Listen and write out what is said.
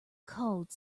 called